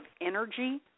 energy